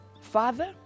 Father